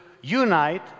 unite